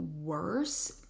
worse